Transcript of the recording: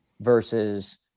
versus